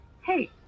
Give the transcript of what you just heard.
Hey